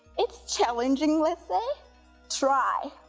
it's challenging let's say try.